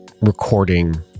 recording